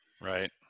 right